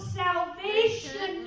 salvation